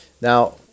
Now